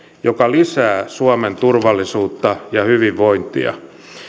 joka lisää suomen turvallisuutta ja hyvinvointia